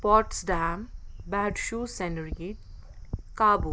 پواٹٕس ڈیم بیڈشوٗز سینرگی کابوٗل